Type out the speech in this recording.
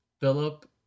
Philip